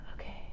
okay